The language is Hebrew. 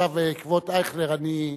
עכשיו, כבוד אייכלר, אני,